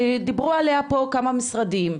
שדיברו עליה פה כמה משרדים,